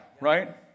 right